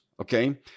okay